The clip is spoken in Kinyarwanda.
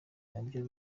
nabyo